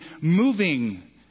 moving